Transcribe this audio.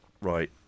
Right